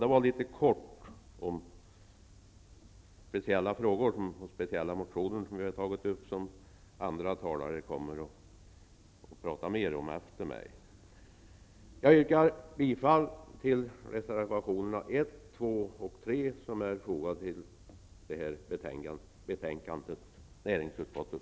Det var något om speciella frågor och speciella motioner som vi har tagit upp och som andra talare efter mig kommer att säga mer om. Jag yrkar bifall till reservationerna 1, 2 och 3, som är fogade till näringsutskottets betänkande nr 17.